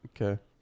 Okay